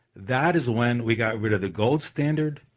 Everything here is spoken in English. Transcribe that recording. that is when we got rid of the gold standard,